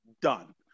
Done